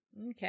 Okay